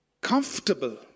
comfortable